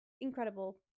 Incredible